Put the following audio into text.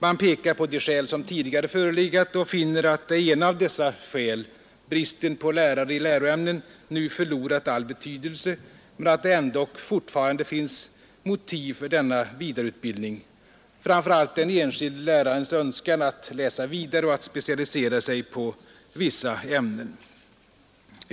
Man pekar på de skäl som tidigare förelegat och finner att det ena av 17 dessa skäl — bristen på lärare i läroämnen — nu förlorat all betydelse men att det ändå fortfarande finns motiv för en vidareutbildning, framför allt den enskilde lärarens önskan att läsa vidare och att specialisera sig på vissa ämnen.